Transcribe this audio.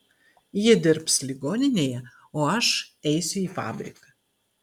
ji dirbs ligoninėje o aš eisiu į fabriką